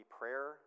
prayer